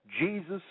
Jesus